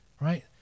right